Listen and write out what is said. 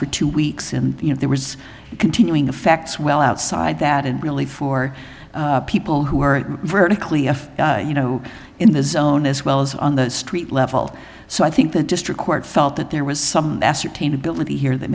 for two weeks and you know there was continuing affects well outside that and really for people who are vertically if you know in the zone as well as on the street level so i think that district court felt that there was some ascertained ability here that